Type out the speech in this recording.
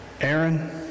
Aaron